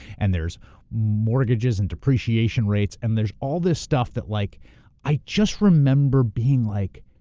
and there's mortgages and depreciation rates. and there's all this stuff that like i just remember being like,